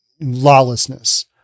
lawlessness